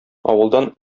авылдан